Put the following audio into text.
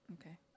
Okay